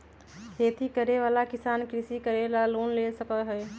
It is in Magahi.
खेती करे वाला किसान कृषि करे ला लोन ले सका हई